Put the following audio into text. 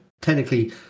technically